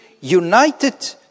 united